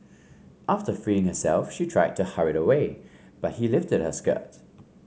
after freeing herself she tried to hurry away but he lifted her skirt